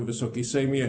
Wysoki Sejmie!